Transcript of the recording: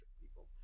people